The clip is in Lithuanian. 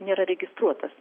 nėra registruotas